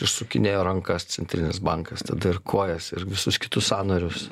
išsukinėjo rankas centrinis bankas tada ir kojas ir visus kitus sąnarius